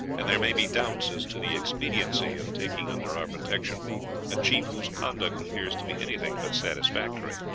and there may be doubts as to the expediency of taking under our protection a chief whose conduct appears to be anything but satisfactory.